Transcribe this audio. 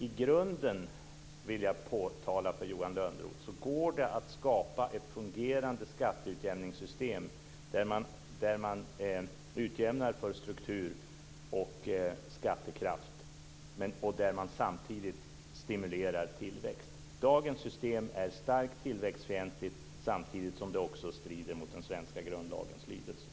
I grunden vill jag påtala att det går att skapa ett fungerande skatteutjämningssystem där man utjämnar för struktur och skattekraft och samtidigt stimulerar tillväxt. Dagens system är starkt tillväxtfientligt samtidigt som det strider mot den svenska grundlagens lydelse.